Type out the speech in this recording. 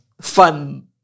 fun